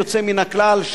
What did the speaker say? יוצא מן הכלל,